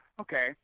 okay